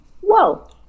Whoa